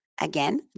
Again